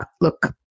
look